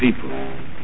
people